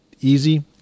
easy